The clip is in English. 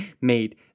made